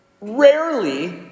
rarely